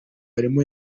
harimo